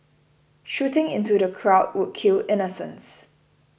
shooting into the crowd would kill innocents